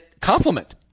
compliment